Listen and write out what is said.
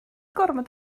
gormod